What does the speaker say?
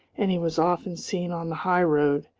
and he was often seen on the high-road,